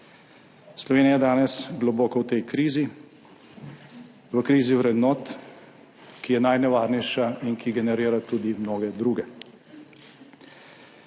Slovenija je danes globoko v tej krizi, v krizi vrednot, ki je najnevarnejša in ki generira tudi mnoge druge.